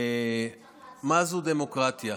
מה זו דמוקרטיה?